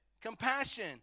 Compassion